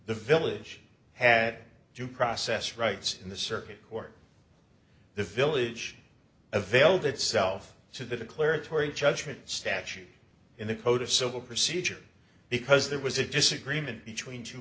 the village had due process rights in the circuit court the village availed itself to the declaratory judgment statute in the code of civil procedure because there was a disagreement between two